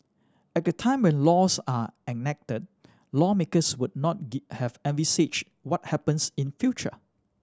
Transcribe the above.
at the time when laws are enacted lawmakers would not did have envisaged what happens in future